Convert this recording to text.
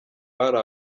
bari